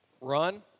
Run